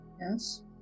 Yes